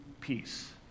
peace